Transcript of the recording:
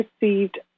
received